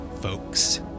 folks